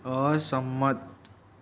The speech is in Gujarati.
અસંમત